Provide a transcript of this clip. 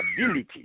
ability